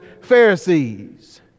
pharisees